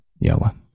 Yellow